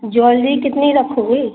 jewellery कितनी रखोगी